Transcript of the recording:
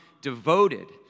devoted